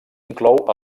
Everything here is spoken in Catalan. inclou